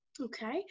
Okay